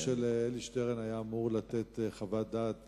הדוח של אלי שטרן היה אמור לתת חוות דעת